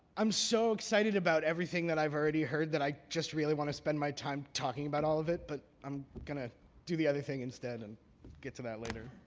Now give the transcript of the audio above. i'm so excited about everything that i've already heard that i just really want to spend my time talking about all of it, but i'm going to do the other thing instead and get to that later.